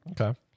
Okay